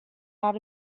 out